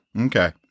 Okay